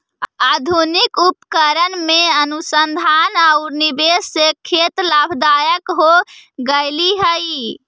आधुनिक उपकरण में अनुसंधान औउर निवेश से खेत लाभदायक हो गेलई हे